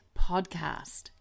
podcast